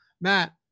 Matt